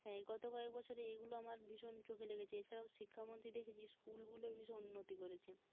হ্যাঁ এই গত কয়েক বছরে এইগুলো আমার ভীষণ চোখে লেগেছে এছাড়াও শিক্ষামন্ত্রী দেখেছি স্কুলগুলোর ভীষণ উন্নতি করেছে